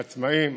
לעצמאים,